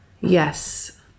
yes